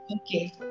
okay